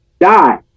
die